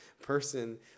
person